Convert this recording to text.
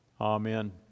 Amen